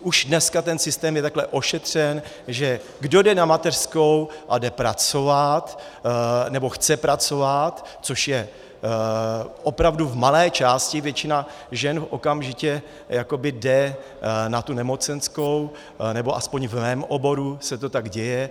Už dneska ten systém je takhle ošetřen, že kdo jde na mateřskou a jde pracovat nebo chce pracovat, což je opravdu v malé části, většina žen okamžitě jakoby jde na tu nemocenskou, nebo aspoň v mém oboru se to tak děje.